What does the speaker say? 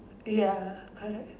ya correct